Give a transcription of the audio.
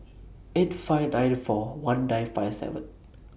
eight five ninety four one nine five seven